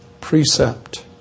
precept